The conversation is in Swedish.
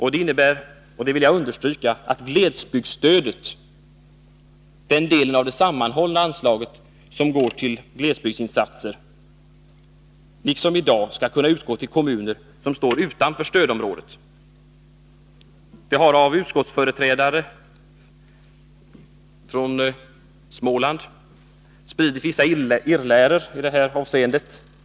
Detta innebär — och det vill jag understryka — att glesbygdsstödet, den del av det sammanhållna anslaget som går till glesbygdsinsatser, liksom i dag skall kunna utgå till kommuner som står utanför stödområdet. Det har av utskottsföreträdare från Småland spritts vissa irrläror i detta avseende.